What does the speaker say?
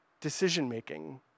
decision-making